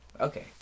Okay